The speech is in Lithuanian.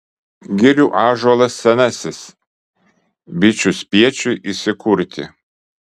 girių ąžuolas senasis bičių spiečiui įsikurti